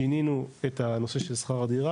שינינו את הנושא של שכר הדירה,